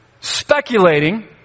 Speculating